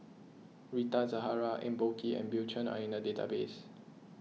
Rita Zahara Eng Boh Kee and Bill Chen are in the database